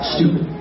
Stupid